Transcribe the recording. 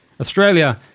Australia